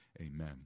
Amen